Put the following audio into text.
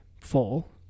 full